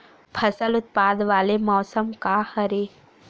फसल उत्पादन वाले मौसम का हरे?